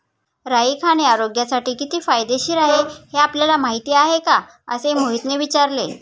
राई खाणे आरोग्यासाठी किती फायदेशीर आहे हे आपल्याला माहिती आहे का? असे मोहितने विचारले